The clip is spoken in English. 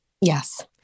Yes